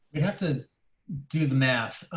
you have to do the math,